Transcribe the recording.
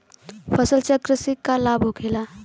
फसल चक्र से का लाभ होखेला?